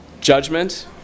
judgment